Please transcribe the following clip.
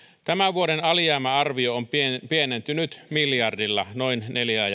tämän vuoden alijäämäarvio on pienentynyt miljardilla noin neljään